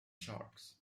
sharks